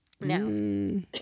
No